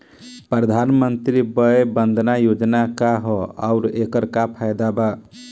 प्रधानमंत्री वय वन्दना योजना का ह आउर एकर का फायदा बा?